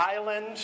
island